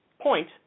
point